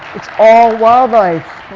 it's all wildlife.